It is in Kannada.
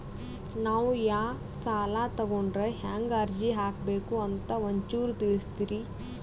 ನಾವು ಯಾ ಸಾಲ ತೊಗೊಂಡ್ರ ಹೆಂಗ ಅರ್ಜಿ ಹಾಕಬೇಕು ಅಂತ ಒಂಚೂರು ತಿಳಿಸ್ತೀರಿ?